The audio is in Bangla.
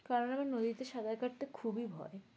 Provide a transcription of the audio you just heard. কারণ আমার নদীতে সাঁতার কাটতে খুবই ভয়